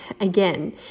Again